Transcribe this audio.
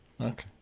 Okay